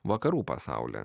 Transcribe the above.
vakarų pasaulį